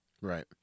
Right